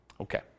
Okay